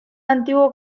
antiguo